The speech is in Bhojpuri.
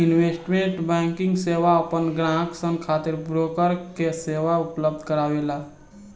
इन्वेस्टमेंट बैंकिंग सेवा आपन ग्राहक सन खातिर ब्रोकर के सेवा उपलब्ध करावेला